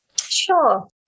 Sure